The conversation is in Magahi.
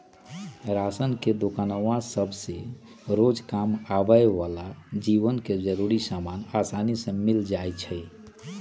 राशन के दोकान सभसे रोजकाम आबय बला के जीवन के जरूरी समान असानी से मिल जाइ छइ